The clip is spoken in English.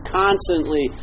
constantly